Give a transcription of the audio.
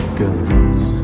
guns